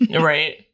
Right